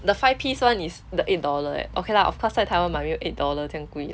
the five piece one is the eight dollar leh okay lah of course 在 taiwan 买没有 eight dollar 这样贵 lah